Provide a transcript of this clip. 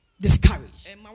discouraged